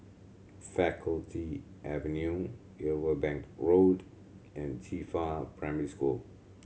Faculty Avenue Irwell Bank Road and Qifa Primary School